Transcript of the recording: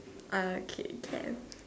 alright kid damn